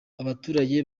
abaturage